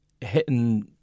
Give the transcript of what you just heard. hitting